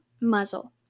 muzzle